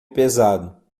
pesado